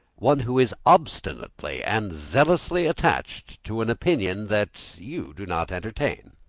one who is obstinately and zealously attached to an opinion that you do not entertain.